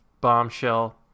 bombshell